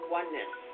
oneness